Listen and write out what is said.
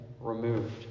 removed